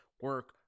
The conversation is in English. Work